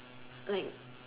like